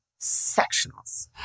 Sectionals